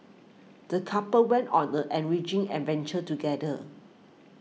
the couple went on the enriching adventure together